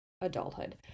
adulthood